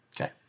Okay